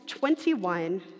21